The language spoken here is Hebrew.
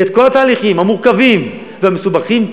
ואת כל התהליכים המורכבים והמסובכים,